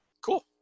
cool